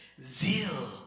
zeal